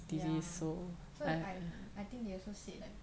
ya so I I think they also said like